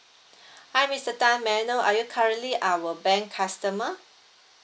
hi mister tan may I know are you currently our bank's customer